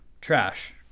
Trash